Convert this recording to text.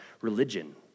religion